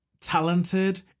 talented